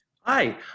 Hi